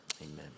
amen